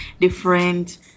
different